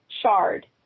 shard